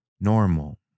Normal